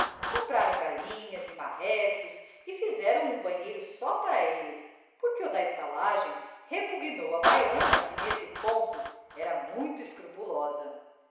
compraram galinhas e marrecos e fizeram um banheiro só para eles porque o da estalagem repugnou à baiana que nesse ponto era muito escrupulosa